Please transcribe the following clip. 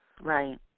Right